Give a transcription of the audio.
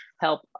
help